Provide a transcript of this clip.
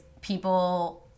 people –